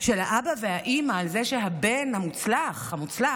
של האבא והאימא על זה שהבן המוצלח, המוצלח,